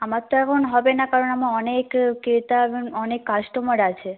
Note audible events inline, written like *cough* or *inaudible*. আমার তো এখন হবে না কারণ আমার অনেক ক্রেতা *unintelligible* অনেক কাস্টমার আছে